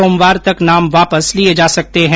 सोमवार तक नाम वापस लिए जा सकते हैं